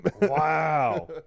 Wow